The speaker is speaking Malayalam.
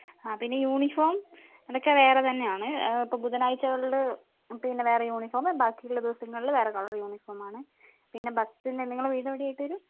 ആ പിന്നെ യൂണിഫോം അതൊക്കെ വേറെ തന്നെയാന്ന് ഇപ്പം ബുധനാഴ്ച്ചകളിൽ പിന്നെ വേറെ യൂണിഫോമ് ബാക്കിയുള്ള ദിവസങ്ങളിൽ വേറെ കളർ യൂണിഫോമാണ് പിന്നെ ബസ്സിൻ്റെ നിങ്ങളെ വീട് എവിടെയായിട്ട് വരും